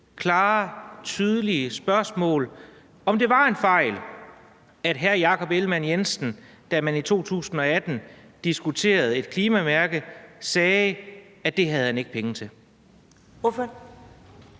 klare og tydelige spørgsmål: Var det en fejl, at hr. Jakob Ellemann-Jensen, da man i 2018 diskuterede et klimamærke, sagde, at det havde han ikke penge til?